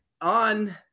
on